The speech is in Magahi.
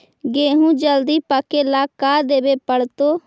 गेहूं जल्दी पके ल का देबे पड़तै?